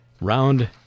Round